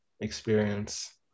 experience